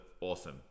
awesome